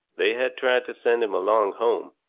they had tried to send him along home,